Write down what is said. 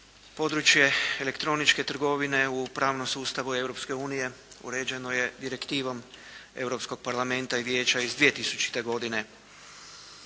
Područje elektroničke trgovine u pravnom sustavu Europske unije uređeno je Direktivom Europskog parlamenta i Vijeća iz 2000. godine.